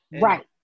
right